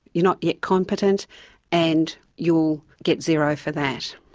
you're not yet competent and you'll get zero for that.